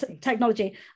technology